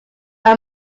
our